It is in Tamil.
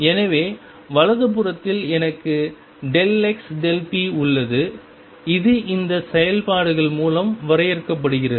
எனவே வலது புறத்தில் எனக்கு xp உள்ளது இது இந்த செயல்பாடுகள் மூலம் வரையறுக்கப்படுகிறது